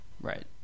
Right